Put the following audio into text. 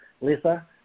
Lisa